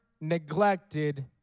neglected